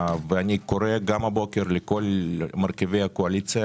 ואני קורא גם הבוקר לכל מרכיבי הקואליציה